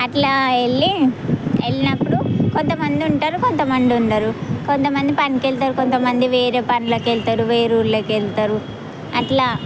అట్లా వెళ్లి వెళ్ళినప్పుడు కొంతమంది ఉంటారు కొంతమంది ఉండరు కొంతమంది పనికి వెళ్తారు కొంతమంది వేరే పనులకి వెళ్తారు వేరే ఊళ్ళోకి వెళ్తారు అట్లా